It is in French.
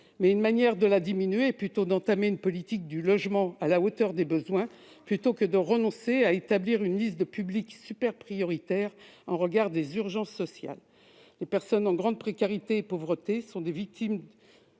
mais une manière de la diminuer est d'entamer une politique du logement à la hauteur des besoins plutôt que de renoncer à établir une liste de publics super-prioritaires au regard des urgences sociales. Les personnes en grande précarité et en grande pauvreté sont des victimes